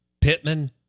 Pittman